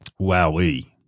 wowee